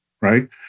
right